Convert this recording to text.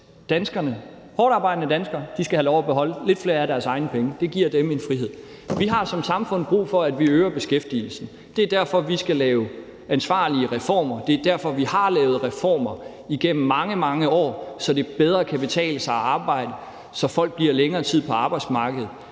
hårdtarbejdende danskere skal have lov til at beholde lidt flere af deres egne penge. Det giver dem en frihed. Vi har som samfund brug for, at vi øger beskæftigelsen. Det er derfor, vi skal lave ansvarlige reformer; det er derfor, vi har lavet reformer igennem mange, mange år, så det bedre kan betale sig at arbejde, så folk bliver længere tid på arbejdsmarkedet.